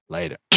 Later